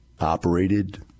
operated